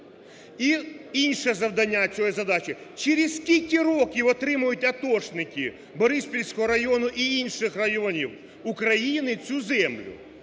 І інше завдання, цієї задачі: через скільки років отримають атошники Бориспільського району і інших районів України цю землю?